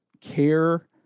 care